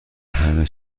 همه